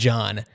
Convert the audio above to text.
John